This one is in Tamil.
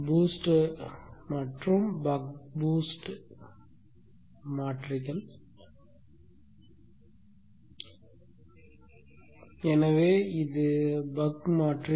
பூஸ்ட் மற்றும் பக் பூஸ்ட் எனவே இது BUCK மாற்றி